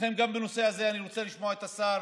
לכן גם בנושא הזה אני רוצה לשמוע את השר,